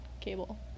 cable